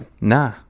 Nah